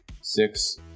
six